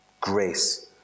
Grace